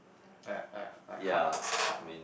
I I I hard lah hard